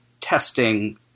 testing